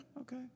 Okay